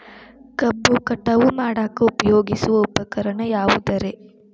ಕಬ್ಬು ಕಟಾವು ಮಾಡಾಕ ಉಪಯೋಗಿಸುವ ಉಪಕರಣ ಯಾವುದರೇ?